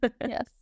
Yes